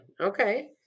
Okay